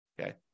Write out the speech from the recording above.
Okay